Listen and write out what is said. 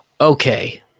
Okay